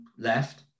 left